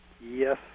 Yes